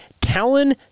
Talon